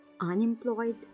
unemployed